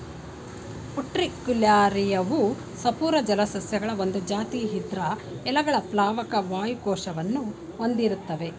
ಉಟ್ರಿಕ್ಯುಲಾರಿಯವು ಸಪೂರ ಜಲಸಸ್ಯಗಳ ಒಂದ್ ಜಾತಿ ಇದ್ರ ಎಲೆಗಳು ಪ್ಲಾವಕ ವಾಯು ಕೋಶವನ್ನು ಹೊಂದಿರ್ತ್ತವೆ